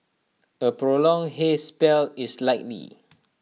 A prolonged haze spell is likely